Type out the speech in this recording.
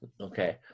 Okay